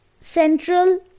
central